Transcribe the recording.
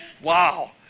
Wow